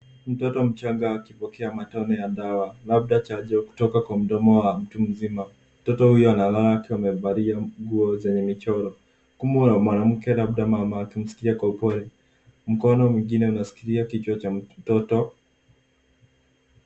Mtoto mchanga akipokea matone ya dawa labda chanjo kutoka kwa mdomo wa mtu mzima. Mtoto huyo analala akiwa amevalia nguo zenye michoro, mkono wa mwanamke labda mama akimshikilia kwa upole. Mkono mwingine unashikilia kichwa cha mtoto.